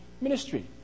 ministry